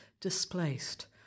displaced